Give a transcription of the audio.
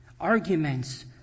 arguments